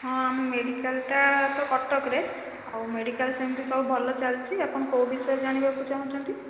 ହଁ ଆମ ମେଡିକାଲଟା ତ କଟକରେ ଆଉ ମେଡିକାଲ ସେମିତି ସବୁ ଭଲ ଚାଲିଛି ଆପଣ କେଉଁ ବିଷୟରେ ଜାଣିବାକୁ ଚାହୁଁଛନ୍ତି